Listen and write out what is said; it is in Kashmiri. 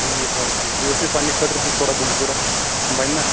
ٹھیٖک حظ چھُ بیٚیہِ اوس مےٚ پننہِ خأطرٕ تہِ تھوڑا بُک ضرَوٗرت تِم بنہِ نا